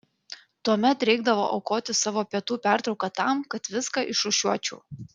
tuomet reikdavo aukoti savo pietų pertrauką tam kad viską išrūšiuočiau